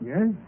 Yes